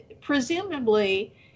presumably